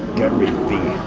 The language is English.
gary v.